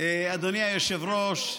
אדוני היושב-ראש,